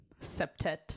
septet